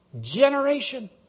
generation